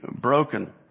broken